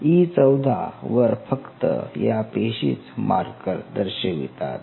E14 वर फक्त या पेशीच मार्कर दर्शवितात